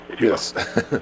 Yes